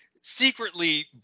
secretly